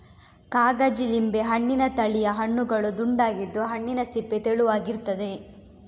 ಕಾಗಜಿ ಲಿಂಬೆ ಹಣ್ಣಿನ ತಳಿಯ ಹಣ್ಣುಗಳು ದುಂಡಗಿದ್ದು, ಹಣ್ಣಿನ ಸಿಪ್ಪೆ ತೆಳುವಾಗಿರ್ತದೆ